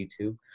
YouTube